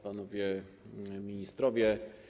Panowie Ministrowie!